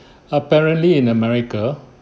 apparently in america